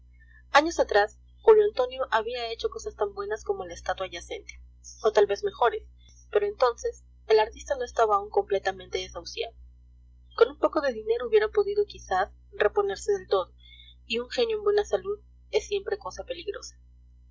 años atrás julio antonio había hecho cosas tan buenas como la estatua yacente o tal vez mejores pero entonces el artista no estaba aún completamente desahuciado con un poco de dinero hubiera podido quizás reponerse del todo y un genio en buena salud es siempre cosa peligrosa